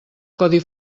codi